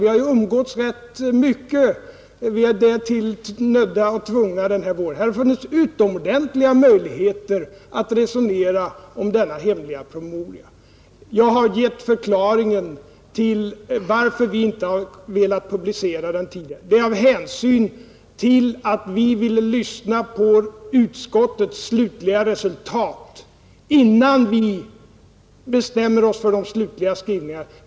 Vi har ju umgåtts rätt mycket den här våren, därtill nödda och tvungna. Det hade funnits utomordentliga möjligheter för oss att resonera om denna hemliga promemoria. Jag har givit förklaringen till varför vi inte velat publicera den tidigare: Vi ville avvakta utskottets resultat innan vi bestämde oss för de slutliga skrivningarna.